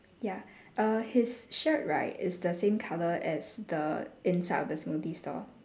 ya err his shirt right is the same colour as the inside of the smoothie store